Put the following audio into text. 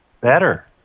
Better